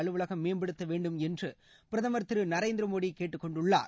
அலுவலகம் மேம்படுத்த வேண்டும் என்று பிரதமர் திரு நரேந்திரமோடி கேட்டுக்கொண்டுள்ளார்